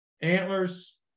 antlers